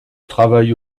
travaille